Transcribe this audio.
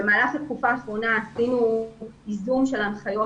במהלך התקופה האחרונה עשינו איגום של ההנחיות